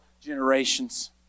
generations